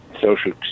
Social